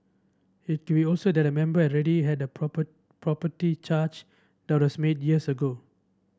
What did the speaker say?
it will also that a member already had a proper property charge that was made years ago